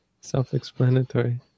self-explanatory